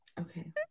Okay